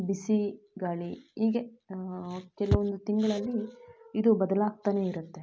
ಬಿಸಿ ಗಾಳಿ ಹೀಗೆ ಕೆಲವೊಂದು ತಿಂಗಳಲ್ಲಿ ಇದು ಬದಲಾಗ್ತಾನೆ ಇರುತ್ತೆ